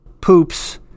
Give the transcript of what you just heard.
poops